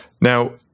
Now